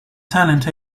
talent